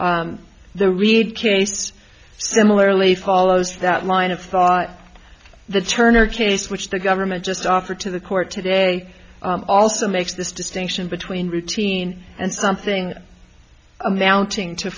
accompaniment the read case similarly follows that line of thought the turner case which the government just offered to the court today also makes this distinction between routine and something amounting to